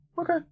Okay